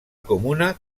comuna